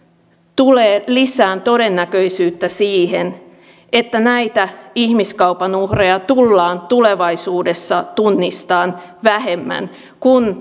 tulee lisäämään todennäköisyyttä siihen että näitä ihmiskaupan uhreja tullaan tulevaisuudessa tunnistamaan vähemmän